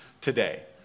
today